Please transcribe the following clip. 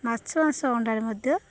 ମାଛ ମାଂସ ଅଣ୍ଡାରେ ମଧ୍ୟ